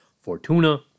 Fortuna